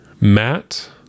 Matt